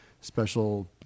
special